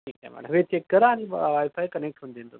ठीक आहे मॅडम करा आणि वायफाय कनेक्ट होऊन जाईन तुमचं